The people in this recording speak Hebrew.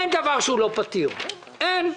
אין דבר שהוא לא פתיר, אין.